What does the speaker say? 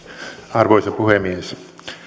arvoisa puhemies